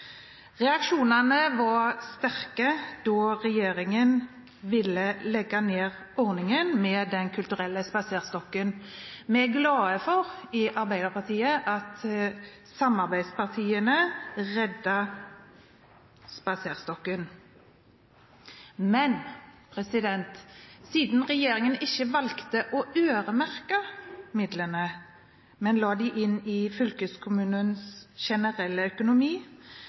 Reaksjonene var sterke da regjeringen ville legge ned ordningen med Den kulturelle spaserstokken. I Arbeiderpartiet er vi glade for at samarbeidspartiene reddet Spaserstokken. Siden regjeringen valgte ikke å øremerke midlene, men la dem inn i fylkeskommunens generelle økonomi,